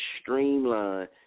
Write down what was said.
streamline